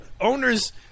Owners